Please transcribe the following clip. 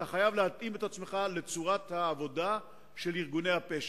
אתה חייב להתאים את עצמך לצורת העבודה של ארגוני הפשע.